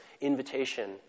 invitation